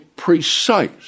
Precise